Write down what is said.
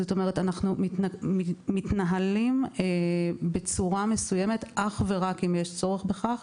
זאת אומרת שאנחנו מתנהלים בצורה מסוימת אך ורק אם יש צורך בכך,